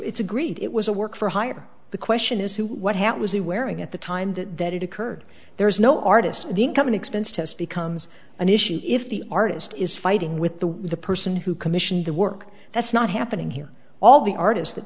it's agreed it was a work for hire the question is who what happened was the wearing at the time that that it occurred there is no artist of the income and expense test becomes an issue if the artist is fighting with the the person who commissioned the work that's not happening here all the artists that